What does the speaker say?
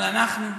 אבל אנחנו?